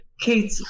Kate